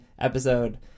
episode